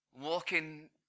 Walking